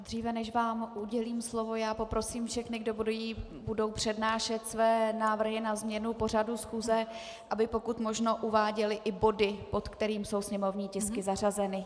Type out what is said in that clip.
Dříve, než vám udělím slovo, poprosím všechny, kdo budou přednášet své návrhy na změnu pořadu schůze, aby pokud možno uváděli i body, pod kterými jsou sněmovní tisky zařazeny.